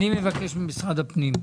אני מבקש ממשרד הפנים.